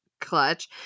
clutch